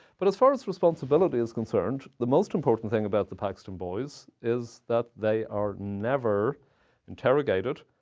but as far as responsibility is concerned, the most important thing about the paxton boys is that they are never interrogated,